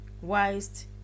whilst